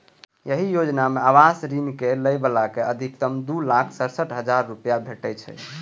एहि योजना मे आवास ऋणक लै बला कें अछिकतम दू लाख सड़सठ हजार रुपैया भेटै छै